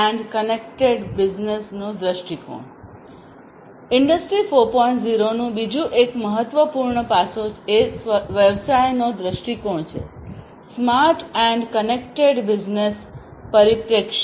0 નું બીજું એક મહત્વપૂર્ણ પાસા એ વ્યવસાયનો દ્રષ્ટિકોણ છેસ્માર્ટ અને કનેક્ટેડ બિઝનેસ પરિપ્રેક્ષ્ય